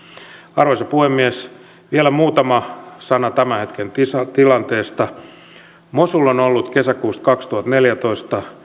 arvoisa puhemies vielä muutama sana tämän hetken tilanteesta mosul on ollut kesäkuusta kaksituhattaneljätoista